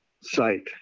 site